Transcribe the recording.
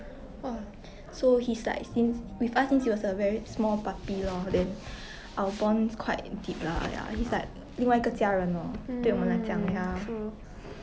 wha mm true